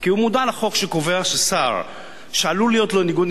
כי הוא מודע לחוק שקובע ששר שעלול להיות לו ניגוד